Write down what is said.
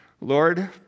Lord